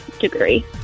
degree